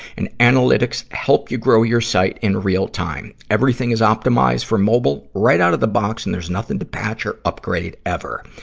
and analytics help you grow your site in real time. everything is optimized for mobile right out of the box, and there's nothing to patch or upgrade ever.